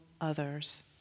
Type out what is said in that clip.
others